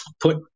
Put